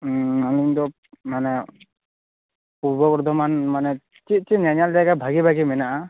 ᱩᱸᱻ ᱟᱹᱞᱤᱧᱫᱚ ᱢᱟᱱᱮ ᱯᱩᱨᱵᱚ ᱵᱚᱨᱫᱚᱢᱟᱱ ᱢᱟᱱᱮ ᱪᱮᱫ ᱪᱮᱫ ᱧᱮᱧᱮᱞ ᱡᱟᱭᱜᱟ ᱵᱷᱟ ᱜᱮ ᱵᱷᱟ ᱜᱮ ᱢᱮᱱᱟᱜᱼᱟ